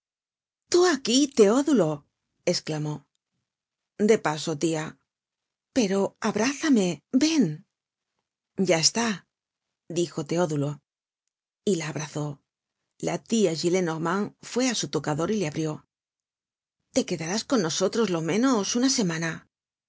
tú aquí teodulo esclamó de paso tia pero abrázame ven ya está dijo teodulo y la abrazó la tia gillenormand fué á su locador y le abrió te quedarás con nosotros lo menos una semana